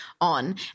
on